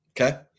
Okay